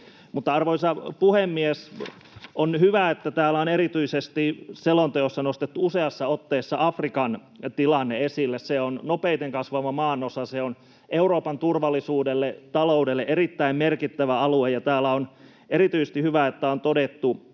Arvoisa puhemies! On hyvä, että täällä selonteossa on erityisesti nostettu useassa otteessa Afrikan tilanne esille. Se on nopeiten kasvava maanosa ja se on Euroopan turvallisuudelle ja taloudelle erittäin merkittävä alue, ja on erityisesti hyvä, että täällä on todettu: